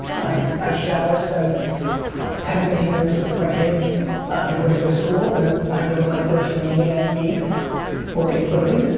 i shower, spend ten, fifteen minutes with my kids before they go to school, and then i go to my first meeting at eight or eight thirty.